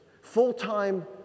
full-time